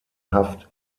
haft